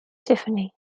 tiffany